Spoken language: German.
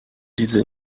diese